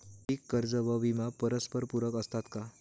पीक कर्ज व विमा परस्परपूरक असतात का?